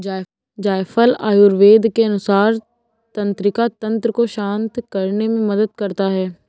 जायफल आयुर्वेद के अनुसार तंत्रिका तंत्र को शांत करने में मदद करता है